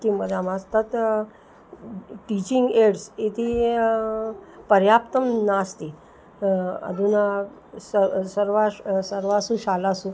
किं वदामः तत् टीचिङ्ग् एड्स् इति पर्याप्तं नास्ति अधुना स सर्वासु सर्वासु शालासु